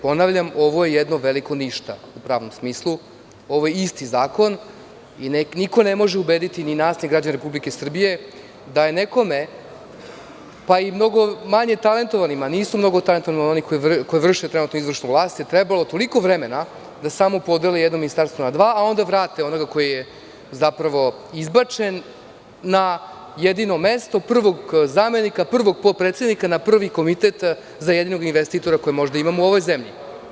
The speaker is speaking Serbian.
Ponavljam, ovo je jedno veliko ništa u pravnom smislu, ovo je isti zakon i niko ne može ubediti ni nas ni građane Republike Srbije, da je nekome, pa i mnogo manje talentovanima, nisu mnogo talentovani oni koji vrše trenutno izvršnu vlast i trebalo je toliko vremena da samo podele jedno ministarstvo na dva, a onda vrate onoga koji je zapravo izbačen na jedino mesto prvog zamenika, prvog potpredsednika na prvi komitet za jedinog investitora kojeg možda imamo u ovoj zemlji.